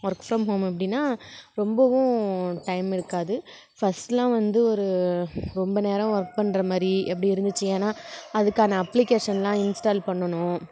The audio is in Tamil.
ஒர்க் ஃப்ரம் ஹோம் எப்படின்னா ரொம்பவும் டைம் இருக்காது ஃபஸ்ட்டெலாம் வந்து ஒரு ரொம்ப நேரம் ஒர்க் பண்ணுற மாதிரி அப்படி இருந்துச்சு ஏன்னால் அதுக்கான அப்ளிகேஷனெலாம் இன்ஸ்டால் பண்ணனும்